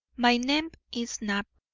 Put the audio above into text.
my name is knapp.